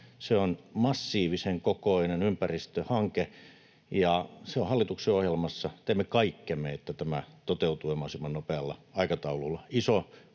Se on massiivisen kokoinen ympäristöhanke, ja se on hallituksen ohjelmassa. Teemme kaikkemme, että tämä toteutuu ja mahdollisimman nopealla aikataululla